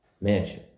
mansion